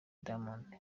diamond